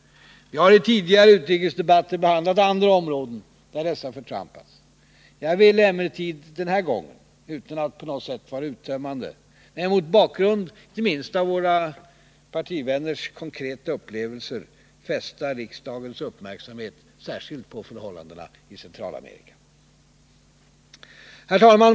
Vi har i tidigare utrikesdebatter behandlat andra områden, där dessa förtrampats. Jag ville emellertid denna gång, utan att vara uttömmande, men mot bakgrund av våra partivänners konkreta upplevelser, fästa riksdagens uppmärksamhet särskilt på förhållandena i Centralamerika. Herr talman!